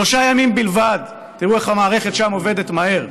שלושה ימים בלבד, תראו איך המערכת שם עובדת מהר,